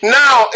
now